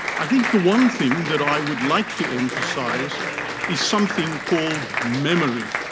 i think the one thing that i would like to emphasize is something called memory.